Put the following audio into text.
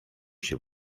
się